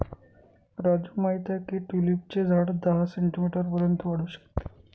राजू माहित आहे की ट्यूलिपचे झाड दहा सेंटीमीटर पर्यंत वाढू शकते